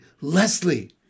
Leslie